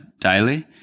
daily